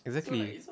exactly